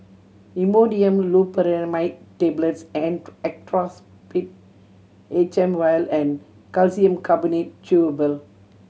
Imodium Loperamide Tablets and Actrapid H M Vial and Calcium Carbonate Chewable